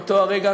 באותו רגע,